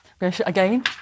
Again